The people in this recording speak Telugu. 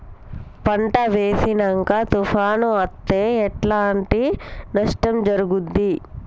పంట వేసినంక తుఫాను అత్తే ఎట్లాంటి నష్టం జరుగుద్ది?